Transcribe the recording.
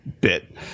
bit